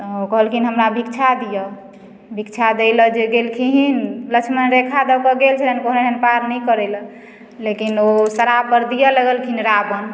तऽ कहलखिन हमरा भीक्षा दियऽ भीक्षा दै लै जे गेलखिन लक्ष्मण रेखा दऽके गेल छलनि कहने रहनि पार नहि करय लए लेकिन ओ श्राप अर दियऽ लगलखिन रावण